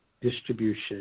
distribution